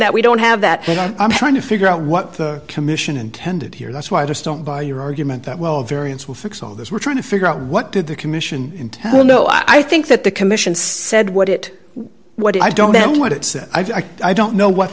that we don't have that and i'm trying to figure out what the commission intended here that's why i just don't buy your argument that well variance will fix all this we're trying to figure out what did the commission intel know i think that the commission said what it what i don't know what it says i don't know what